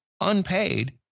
unpaid